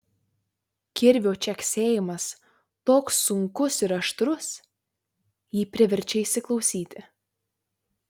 kirvio čeksėjimas toks sunkus ir aštrus jį priverčia įsiklausyti